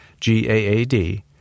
GAAD